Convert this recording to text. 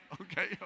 Okay